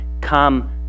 come